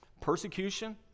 Persecution